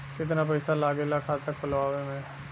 कितना पैसा लागेला खाता खोलवावे में?